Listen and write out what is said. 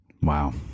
Wow